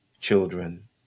children